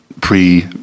pre-